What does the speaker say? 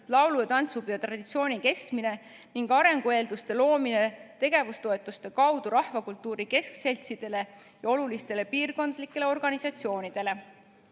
laulu- ja tantsupeo traditsiooni kestmine ning arengueelduste loomine tegevustoetuste kaudu rahvakultuuri keskseltsidele ja olulistele piirkondlikele organisatsioonidele.